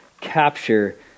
capture